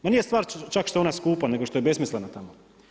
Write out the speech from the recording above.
Ma nije stvar čak što je ona skupa, nego što je besmislena tamo.